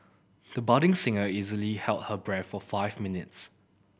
the budding singer easily held her breath for five minutes